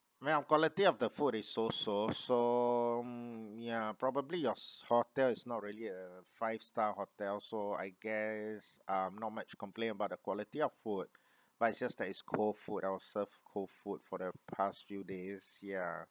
well quality of the food is so so so mm yeah probably yours hotel is not really a five star hotel so I guess um not much complain about the quality of food but it's just that it's cold food I was served cold food for the past few days ya